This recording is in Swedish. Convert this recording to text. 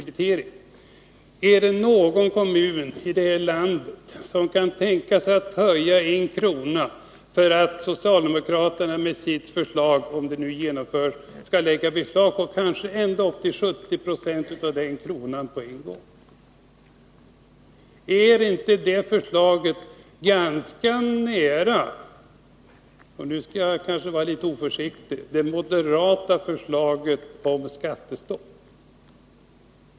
Men kan verkligen någon kommun i det här landet tänkas vilja höja utdebiteringen med en krona, när socialdemokraterna med sitt förslag — om det nu genomförs — skall lägga beslag på kanske ända upp till 70 96 av den kronan på en gång? Ligger inte det socialdemokratiska förslaget — och nu är jag kanske litet oförsiktig — ganska nära det moderata förslaget om skattestopp?